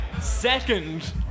second